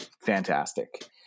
fantastic